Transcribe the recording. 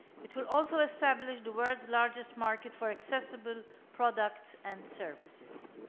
it will also establish the world's largest market for accessible products and services.